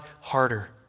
harder